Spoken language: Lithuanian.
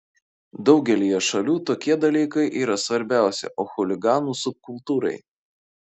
daugelyje šalių tokie dalykai yra svarbiausi o chuliganų subkultūrai